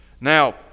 Now